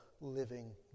living